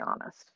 honest